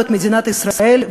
את מדינת ישראל,